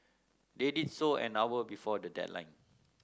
they did so an hour before the deadline